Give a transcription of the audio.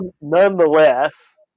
Nonetheless